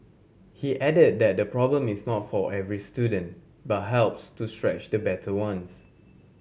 he added that the problem is not for every student but helps to stretch the better ones